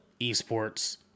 eSports